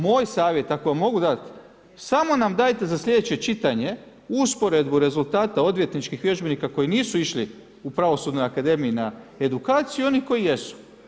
Moj savjet, ako vam mogu dati, samo nam dajte za sljedeće čitanje, usporedbu rezultata odvjetničkih vježbenika koji nisu išli u pravosudnoj akademiji na edukaciju i onih koji jesu.